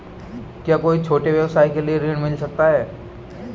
क्या कोई छोटे व्यवसाय के लिए ऋण मिल सकता है?